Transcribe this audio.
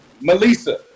Melissa